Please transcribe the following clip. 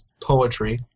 poetry